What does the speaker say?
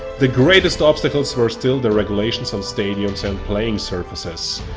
the greatest obstacles were still the regulations on stadiums and playing surfaces.